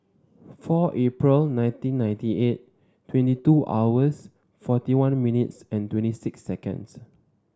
four April nineteen ninety eight twenty two hours forty one minutes and twenty six seconds